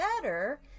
better